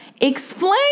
explain